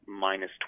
minus